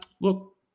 look